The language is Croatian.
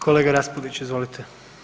Kolega Raspudić, izvolite.